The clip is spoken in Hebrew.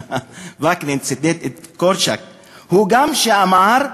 וקנין, ציטט את קורצ'אק, שאמר: